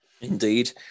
Indeed